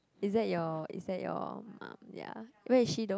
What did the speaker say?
is that your is that your um ya where is she though